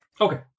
Okay